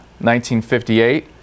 1958